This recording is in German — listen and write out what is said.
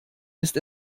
ist